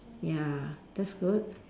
ya that's good